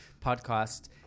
podcast